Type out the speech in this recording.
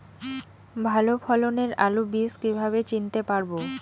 ভালো ফলনের আলু বীজ কীভাবে চিনতে পারবো?